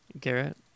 Garrett